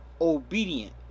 obedient